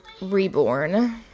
reborn